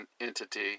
entity